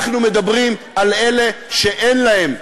אנחנו מדברים על אלה שאין להם,